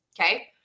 okay